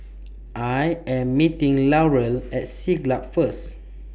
I Am meeting Laurel At Siglap First